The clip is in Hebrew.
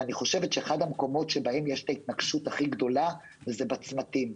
אני חושבת שאחד המקומות שבהם יש ההתנגשות הכי גדולה זה בצמתים.